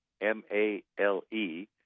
M-A-L-E